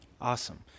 Awesome